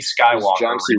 Skywalker